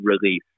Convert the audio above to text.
release